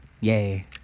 Yay